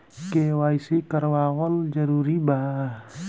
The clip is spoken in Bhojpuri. के.वाइ.सी करवावल जरूरी बा?